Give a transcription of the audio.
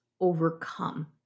overcome